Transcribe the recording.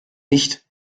nicht